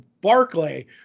Barclay